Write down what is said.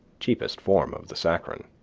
cheapest form of the saccharine.